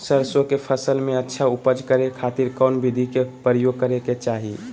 सरसों के फसल में अच्छा उपज करे खातिर कौन विधि के प्रयोग करे के चाही?